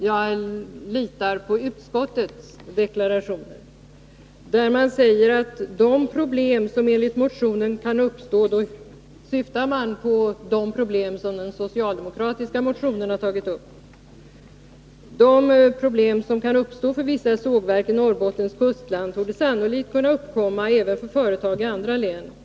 Jag litar på utskottets deklaration, där man säger: ”De problem som enligt motionen” — man syftar alltså på den socialdemokratiska motionen — ”kan uppstå för vissa sågverk i Norrbottens kustland torde sannolikt kunna uppkomma även för företag i andra län.